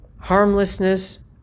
harmlessness